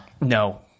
No